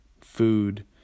food